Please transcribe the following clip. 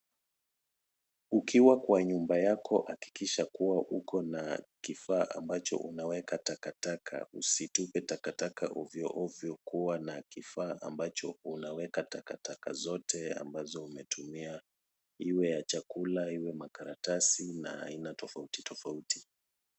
Ukiwa kwa nyumba yako hakikisha kuwa uko na kifaa ambacho unaweka takataka, usitupe takataka ovyo ovyo. Kuwa na kifaa ambacho unaweka takataka zote ambazo umetumia. Iwe ya chakula, iwe makaratasi na aina tofauti tofauti.